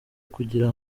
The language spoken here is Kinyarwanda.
kugira